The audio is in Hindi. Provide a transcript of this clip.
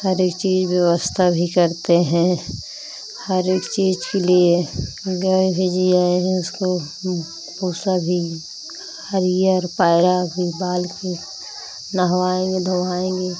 हर एक चीज़ व्यवस्था भी करते हैं हर एक चीज़ के लिए गाय भी जियाए हैं उसको पोसा भी हरियर पैरा भी बाल फिर नहवाएँगे धोवाएँगे